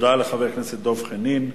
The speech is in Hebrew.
תודה לחבר הכנסת דב חנין.